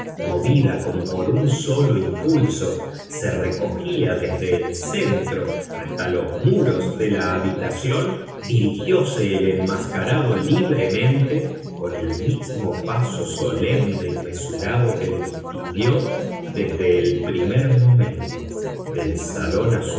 movida como por un solo impulso se recogía desde el centro hasta los muros de la habitación dirigióse el enmascarado libremente con el mismo paso solemne y mesurado que le distinguió desde el primer momento del salón azul